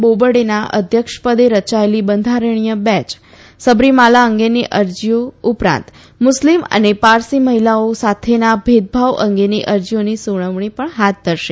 બોબડેના અધ્યક્ષ પદે રચાયેલી બંધારણીય બેંચ સબરીમાલા અંગેની અરજીઓ ઉપરાંત મુસ્લિમ અને પારસી મહિલાઓ સાથેના ભેદભાવ અંગેની અરજીઓની સુનાવણી પણ હાથ ધરશે